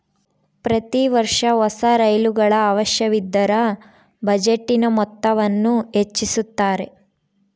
ಪ್ರತಿ ವರ್ಷ ಹೊಸ ರೈಲುಗಳ ಅವಶ್ಯವಿದ್ದರ ಬಜೆಟಿನ ಮೊತ್ತವನ್ನು ಹೆಚ್ಚಿಸುತ್ತಾರೆ